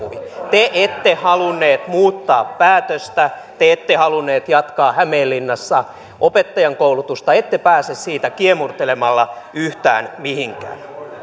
te ette halunnut muuttaa päätöstä te ette halunnut jatkaa hämeenlinnassa opettajankoulutusta ette pääse siitä kiemurtelemalla yhtään mihinkään